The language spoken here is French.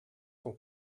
son